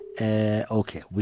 Okay